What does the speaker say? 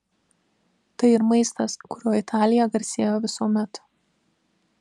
tai ir maistas kuriuo italija garsėjo visuomet